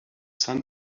sun